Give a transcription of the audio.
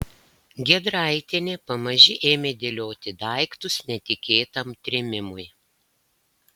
giedraitienė pamaži ėmė dėlioti daiktus netikėtam trėmimui